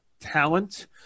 talent